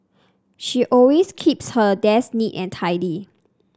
she always keeps her desk neat and tidy